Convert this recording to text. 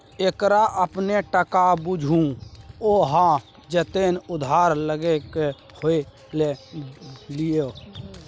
एकरा अपने टका बुझु बौआ जतेक उधार लए क होए ल लिअ